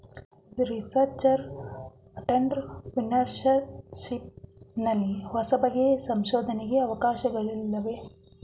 research entrepreneurship ನಲ್ಲಿ ಹೊಸಬಗೆಯ ಸಂಶೋಧನೆಗೆ ಅವಕಾಶಗಳಿವೆ